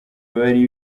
bari